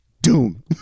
doom